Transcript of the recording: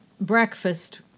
breakfast